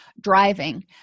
driving